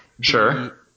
Sure